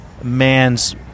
Man's